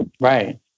Right